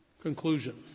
Conclusion